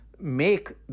make